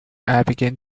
begin